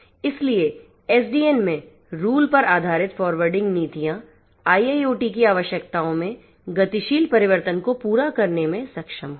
इसलिए SDN में rule पर आधारित फॉरवर्डिंग नीतियां IIoT की आवश्यकताओं में गतिशील परिवर्तन को पूरा करने में सक्षम होंगी